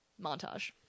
Montage